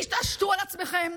תתעשתו על עצמכם,